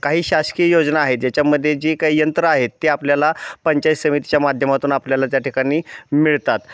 काही शासकीय योजना आहेत ज्याच्यामध्ये जे काही यंत्र आहेत ते आपल्याला पंचायत समितीच्या माध्यमातून आपल्याला त्या ठिकाणी मिळतात